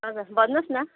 हजुर भन्नुहोस् न